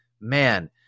man